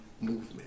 movement